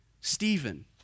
Stephen